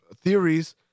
theories